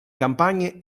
campagne